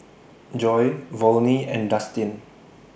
Joy Volney and Dustin